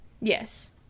Yes